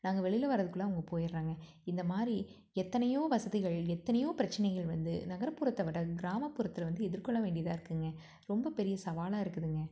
நாங்கள் வெளியில் வர்றதுக்குள்ளே அவங்க போயிடுறாங்க இந்த மாதிரி எத்தனையோ வசதிகள் எத்தனையோ பிரச்சினைகள் வந்து நகர்ப்புறத்தை விட கிராமப்புறத்தில் வந்து எதிர்கொள்ள வேண்டியதாக இருக்குங்க ரொம்பப் பெரிய சவாலாக இருக்குதுங்க